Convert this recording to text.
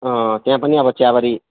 अँ त्यहाँ पनि अब चियाबारी